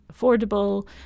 affordable